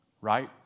right